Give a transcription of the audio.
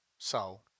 Soul